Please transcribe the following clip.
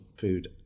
food